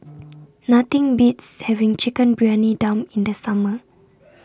Nothing Beats having Chicken Briyani Dum in The Summer